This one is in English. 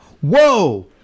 Whoa